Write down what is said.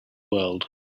world